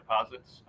deposits